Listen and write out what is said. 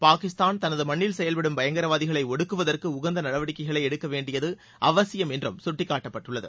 பாகிஸ்தான் தனது மண்ணில் செயல்படும் பயங்கரவாதிகளை ஒடுக்குவதற்கு உகந்த நடவடிக்கைகளை எடுக்க வேண்டியது அவசியம் என்று குட்டிக்காட்டப்பட்டுள்ளது